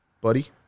buddy